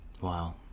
Wow